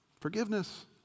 Forgiveness